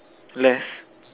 left